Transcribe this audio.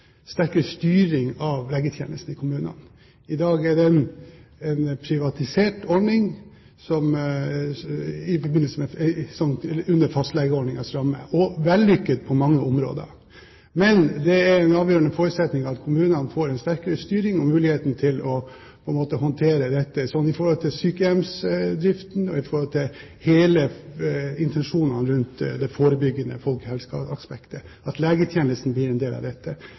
sterkere styring av legetjenesten. I dag er det en privatisert ordning under fastlegeordningens ramme – på mange områder vellykket. Det er en avgjørende forutsetning at kommunene får en sterkere styring og får mulighet til å håndtere bl.a. sykehjemsdriften – dette ut fra intensjonen om det forebyggende folkehelseaspektet og at legetjenesten blir en del av dette.